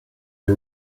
the